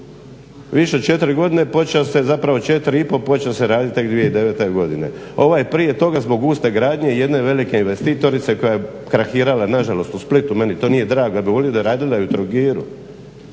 više od 4 godine. Počeo se zapravo 4, 5, počeo se raditi tek 2009. godine. Ovaj prije toga zbog guste gradnje i jedne velike investitorice koja je krahirala, nažalost u Splitu, meni to nije drago, ja bi volio da je radila i u Trogiru.